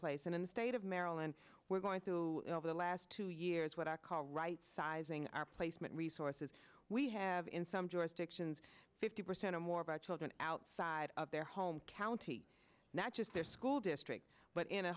place and in the state of maryland we're going through all the last two years what i call rightsizing our placement resource as we have in some jurisdictions fifty percent or more of our children outside of their home county not just their school district but in a